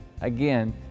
Again